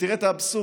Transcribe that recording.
ותראה את האבסורד: